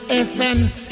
essence